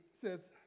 says